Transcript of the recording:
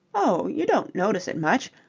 oh, you don't notice it much.